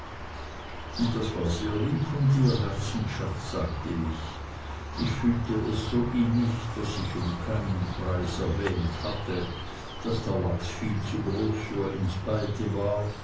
und das war sehr lieb von dir herzensschatz sagte ich ich fühlte es so innig daß ich um keinen preis erwähnt hätte daß der lachs viel zu groß für uns beide war